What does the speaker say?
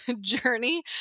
journey